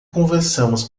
conversamos